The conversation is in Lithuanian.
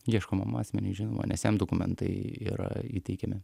ieškomam asmeniui žinoma nes jam dokumentai yra įteikiami